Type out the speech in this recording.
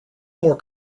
more